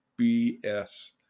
bs